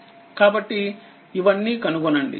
కాబట్టిఇవన్నీ కనుగొనండి